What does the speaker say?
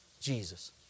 Jesus